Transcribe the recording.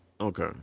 Okay